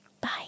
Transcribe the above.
bye